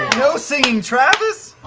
no singing travis?